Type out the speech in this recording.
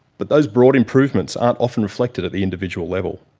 but those broad improvements aren't often reflected at the individual level,